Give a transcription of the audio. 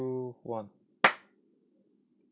two one